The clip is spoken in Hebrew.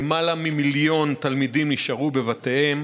למעלה ממיליון תלמידים נשארו בבתיהם,